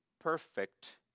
perfect